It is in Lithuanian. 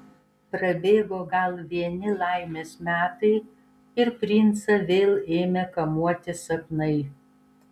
prabėgo gal vieni laimės metai ir princą vėl ėmė kamuoti sapnai